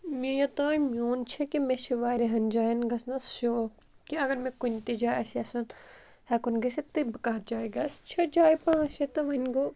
مےٚ یوٚتانۍ میون چھِ کہِ مےٚ چھِ واریاہَن جایَن گژھنَس شوق کہِ اگر مےٚ کُنہِ تہِ جایہِ آسہِ یَژھُن ہٮ۪کُن گٔژھِتھ تہٕ بہٕ کَتھ جایہِ گژھِ چھےٚ جایہِ پانٛژھ شیےٚ تہٕ وَنۍ گوٚو